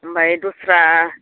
ओमफाय दस्रा